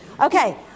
okay